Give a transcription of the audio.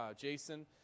Jason